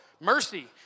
mercy